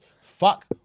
Fuck